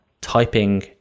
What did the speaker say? typing